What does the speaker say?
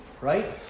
Right